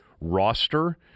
roster